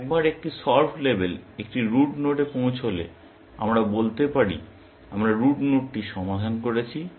একবার একটি solved label একটি রুট নোডে পৌঁছালে আমরা বলতে পারি আমরা রুট নোডটি সমাধান করেছি